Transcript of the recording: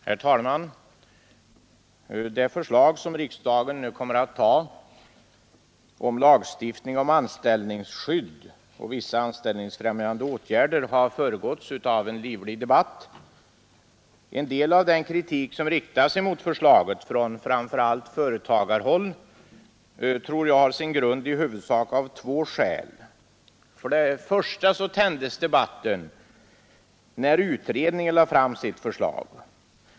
Herr talman! Det förslag som riksdagen nu kommer att anta om lagstiftning om anställningsskydd och vissa anställningsfrämjande åtgärder har föregåtts av en livlig debatt. En del av den kritik som riktats mot förslaget från framför allt företagarhåll grundar sig i huvudsak på två skäl. För det första tändes debatten när utredningen lade fram sitt förslag.